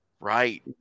right